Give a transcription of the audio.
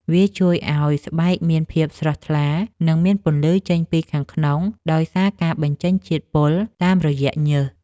វាជួយឱ្យស្បែកមានភាពស្រស់ថ្លា និងមានពន្លឺចេញពីខាងក្នុង ដោយសារការបញ្ចេញជាតិពុលតាមរយៈញើស។